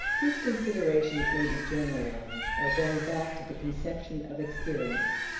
these considerations may be generalized by going back to the conception of experience.